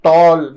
Tall